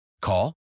Call